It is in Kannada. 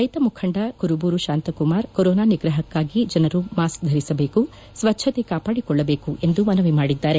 ರೈತ ಮುಖಂಡ ಕುರುಬೂರು ಶಾಂತಕುಮಾರ್ ಕೊರೋನಾ ನಿಗ್ರಹಕ್ಕಾಗಿ ಜನರು ಮಾಸ್ಕ್ ಧರಿಸಬೇಕು ಸ್ವಚ್ಛತೆ ಕಾಪಾದಿಕೊಳ್ಳಬೇಕು ಎಂದು ಮನವಿ ಮಾದಿದ್ದಾರೆ